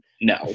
no